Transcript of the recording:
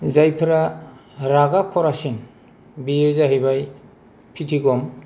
जायफोरा रागा खरासिन बेयो जाहैबाय फिथिगम